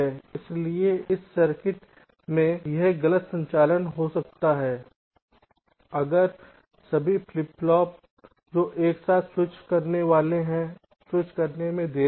इसलिए एक सर्किट में यह गलत संचालन हो सकता है अगर सभी फ्लिप फ्लॉप जो एक साथ स्विच करने वाले हैं स्विच करने में देरी है